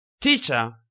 Teacher